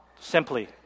simply